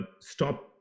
stop